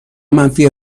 منفی